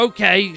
Okay